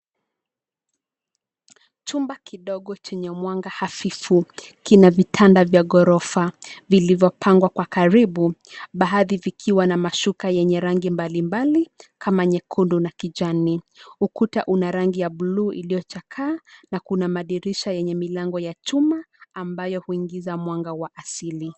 Chumba kidogo chenye mwanga hafifu; kina vitanda vya gorofa vilivyopangwa kwa karibu. Baadhi vikiwa na mashuka yenye rangi mbalimbali kama nyekundu na kijani. Ukuta una rangi ya buluu iliyochakaa na kuna madirisha yenye milango ya chuma ambayo huingiza mwanga wa asili.